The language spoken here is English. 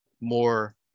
more